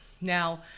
Now